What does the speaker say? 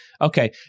Okay